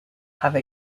have